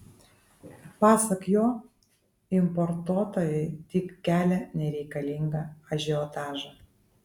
pasak jo importuotojai tik kelia nereikalingą ažiotažą